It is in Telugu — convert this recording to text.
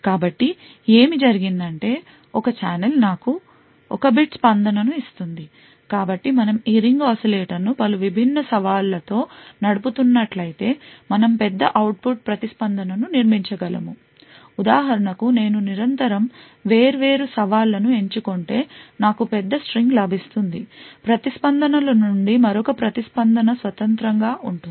కాబట్టి ఏమి జరిగిందంటే ఈ ఒక ఛాలెంజ్ నాకు ఒక bit స్పందనను ఇస్తుంది కాబట్టి మనం ఈ రింగ్ oscillator ను పలు విభిన్న సవాళ్లతో నడుపుతున్నట్లయితే మనం పెద్ద అవుట్పుట్ ప్రతిస్పందనను నిర్మించగలము ఉదాహరణకు నేను నిరంతరం వేర్వేరు సవాళ్లను ఎంచుకుంటే నాకు పెద్ద స్ట్రింగ్ లభిస్తుంది ప్రతిస్పందనల నుండి మరొక ప్రతి ప్రతిస్పందన స్వతంత్రంగా ఉంటుంది